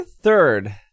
Third